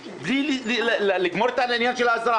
אדוני היושב-ראש, זה בדיוק מה שנעשה.